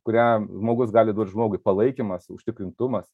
kurią žmogus gali duoti žmogui palaikymas užtikrintumas